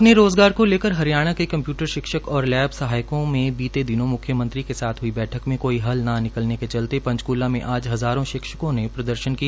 अपने रोजगार को लेकर हरियाणा के कंप्यूटर टीचर्स और लैब सहायकों में बीते दिनों म्ख्यमंत्री से हुई बैठक में हल ना निकलने के चलते आज पंचक्ला में हजारों शिक्षकों ने प्रदर्शन किया